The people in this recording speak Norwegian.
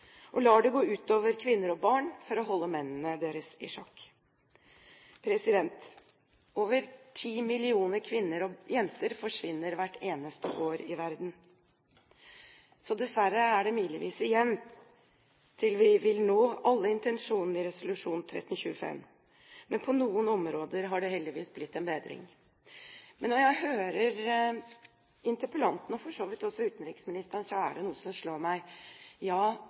og lar det gå ut over kvinner og barn for å holde mennene deres i sjakk. Over ti millioner kvinner og jenter forsvinner hvert eneste år i verden, så dessverre er det milevis igjen til vi vil nå alle intensjonene i resolusjon 1325. Men på noen områder har det heldigvis blitt en bedring. Når jeg hører interpellanten, og for så vidt også utenriksministeren, er det noe som slår meg: Ja,